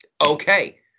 Okay